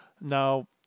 Now